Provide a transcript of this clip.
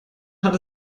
hat